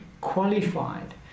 qualified